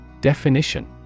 Definition